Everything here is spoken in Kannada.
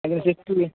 ಅಂದರೆ ಸಿಕ್ಸ್ಟಿಗೆ